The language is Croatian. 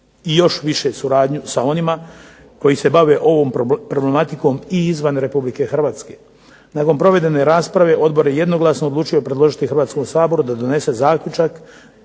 i još više suradnju sa onima koji se bave ovom problematikom i izvan Republike Hrvatske. Nakon provedene rasprave odbor je jednoglasno odlučio predložiti Hrvatskom saboru da donese zaključak